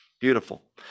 Beautiful